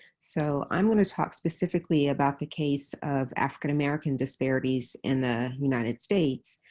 so i'm going to talk specifically about the case of african-american disparities in the united states,